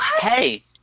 Hey